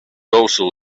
also